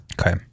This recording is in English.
Okay